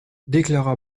déclara